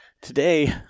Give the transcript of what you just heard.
Today